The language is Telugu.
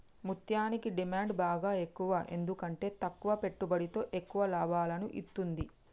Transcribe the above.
ముత్యనికి డిమాండ్ బాగ ఎక్కువ ఎందుకంటే తక్కువ పెట్టుబడితో ఎక్కువ లాభాలను ఇత్తుంది